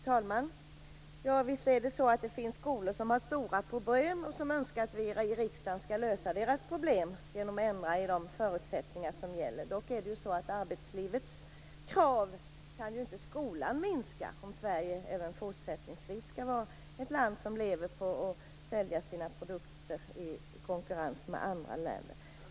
Fru talman! Visst finns det skolor som har stora problem och som önskar att vi i riksdagen skall lösa deras problem genom att ändra de förutsättningar som gäller. Dock är det ju så att skolan inte kan minska arbetslivets krav, om Sverige även fortsättningsvis skall vara ett land som lever på att sälja sina produkter i konkurrens med andra länder.